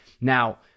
Now